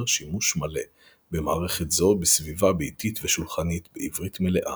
שימוש מלא במערכת זו בסביבה ביתית ושולחנית בעברית מלאה.